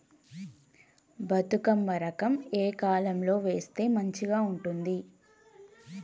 బతుకమ్మ రకం ఏ కాలం లో వేస్తే మంచిగా ఉంటది?